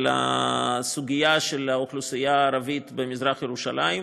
הסוגיה של האוכלוסייה הערבית במזרח-ירושלים,